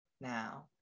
now